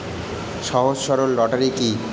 সহজ সরল রোটারি কি?